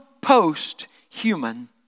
post-human